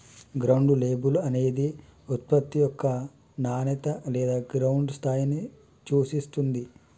ground label అనేది ఉత్పత్తి యొక్క నాణేత లేదా గ్రౌండ్ స్థాయిని సూచిత్తుంది